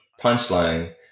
punchline